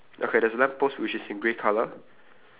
okay then to the left of the bookstore there's a lamppost